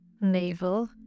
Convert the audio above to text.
navel